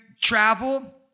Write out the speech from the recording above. travel